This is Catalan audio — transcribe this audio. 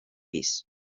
pis